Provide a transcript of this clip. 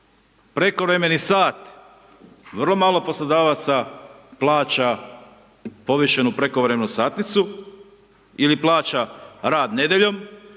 Prekovremeni sati, vrlo malo poslodavaca plaća povišenu prekovremenu satnicu ili plaća rad nedjeljom